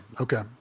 Okay